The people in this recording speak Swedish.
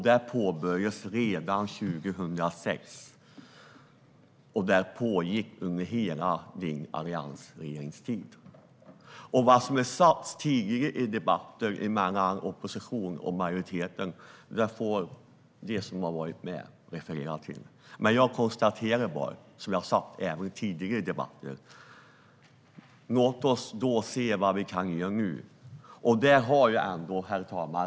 Det påbörjades redan 2006 och pågick under hela alliansregeringstiden. Vad som har sagts tidigare i debatten mellan opposition och majoritet, det får de som har varit med referera till. Man jag konstaterar bara: Låt oss se vad vi kan göra nu. Herr talman!